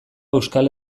euskal